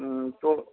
হুম তো